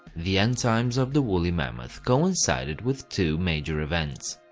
the end times of the wolly mammoth coincided with two major events.